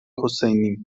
حسینی